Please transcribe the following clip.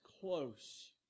close